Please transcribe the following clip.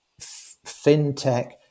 fintech